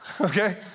Okay